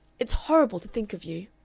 it's horrible to think of you!